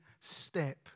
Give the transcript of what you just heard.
step